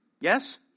Yes